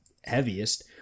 heaviest